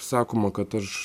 sakoma kad aš